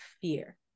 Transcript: fear